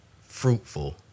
fruitful